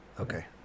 okay